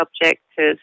objectives